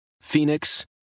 Phoenix